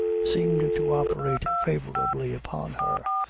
seemed to operate favorably upon her,